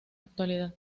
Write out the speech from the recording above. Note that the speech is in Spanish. actualidad